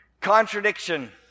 Contradiction